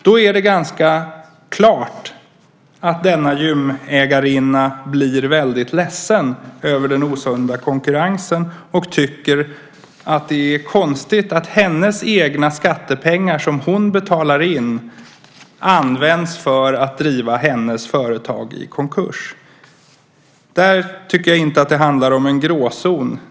Då är det ganska klart att denna gymägarinna blir väldigt ledsen över den osunda konkurrensen. Hon tycker att det är konstigt att hennes egna skattepengar som hon betalar in används för att driva hennes företag i konkurs. Där tycker jag inte att det handlar om en gråzon.